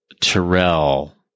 Terrell